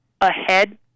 ahead